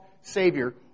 Savior